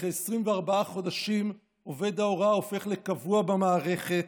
אחרי 24 חודשים עובד ההוראה הופך לקבוע במערכת.